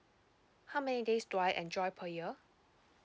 how many days do I enjoy per year